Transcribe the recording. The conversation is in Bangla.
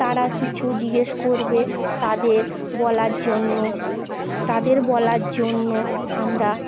তারা কিছু জিজ্ঞেস করবে তাদের বলার জন্য তাদের বলার জন্য আমরা